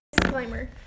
Disclaimer